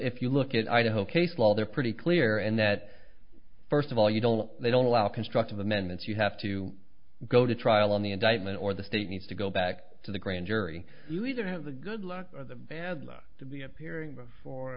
if you look at idaho case law they're pretty clear in that first of all you don't they don't allow constructive amendments you have to go to trial on the indictment or the state needs to go back to the grand jury you either have the good luck or the bad luck to be appearing before a